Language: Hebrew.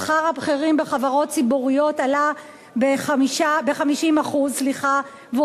שכר הבכירים בחברות ציבוריות עלה ב-50% והוא